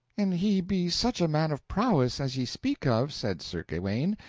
and he be such a man of prowess as ye speak of, said sir gawaine.